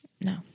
No